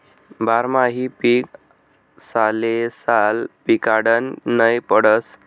बारमाही पीक सालेसाल पिकाडनं नै पडस